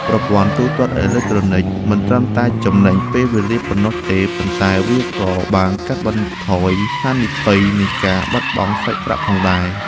ប្រព័ន្ធទូទាត់អេឡិចត្រូនិកមិនត្រឹមតែចំណេញពេលវេលាប៉ុណ្ណោះទេ ប៉ុន្តែវាក៏បានកាត់បន្ថយហានិភ័យនៃការបាត់បង់សាច់ប្រាក់ផងដែរ។